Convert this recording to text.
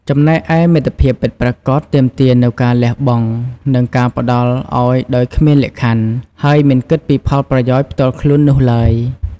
ចំណែកឯ មិត្តភាពពិតប្រាកដទាមទារនូវការលះបង់ និងការផ្តល់ឲ្យដោយគ្មានលក្ខខណ្ឌ ហើយមិនគិតពីផលប្រយោជន៍ផ្ទាល់ខ្លួននោះឡើយ។